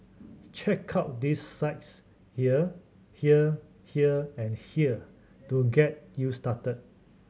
check out these sites here here here and here to get you started